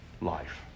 life